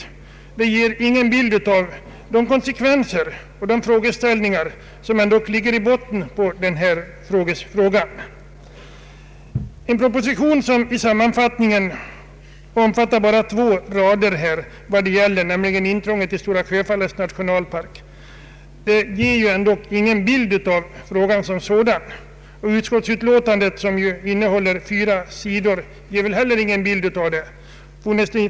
Propositionen och utlåtandet ger ingen bild av de konsekvenser och de frågeställningar som ändå ligger i botten. En proposition som i sin sammanfattning endast omfattar två rader om vad saken gäller, nämligen ett intrång i Stora Sjöfallets nationalpark, ger ingen bild av frågan som sådan. Utskottsutlåtandet, som bara innehåller fyra sidor, ger heller ingen bild av den.